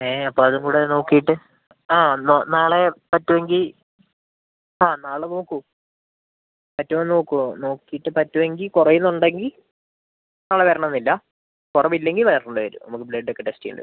ഏ അപ്പോൾ അതുംകൂടെ നോക്കിയിട്ട് ആ നാളെ പറ്റുവെങ്കിൽ ആ നാളെ നോക്കൂ പറ്റുവോ എന്ന് നോക്കൂ നോക്കിയിട്ട് പറ്റുവെങ്കിൽ കുറയുന്നുണ്ടെങ്കിൽ നാളെ വരണം എന്നില്ല കുറവില്ലെങ്കിൽ വരേണ്ടിവരും നമുക്ക് ബ്ലഡ് ഒക്കെ ടെസ്റ്റ് ചെയ്യേണ്ടിവരും